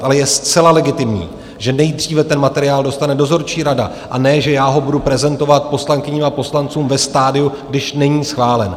Ale je zcela legitimní, že nejdříve ten materiál dostane dozorčí rada, a ne že já ho budu prezentovat poslankyním a poslancům ve stadiu, když není schválen.